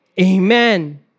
Amen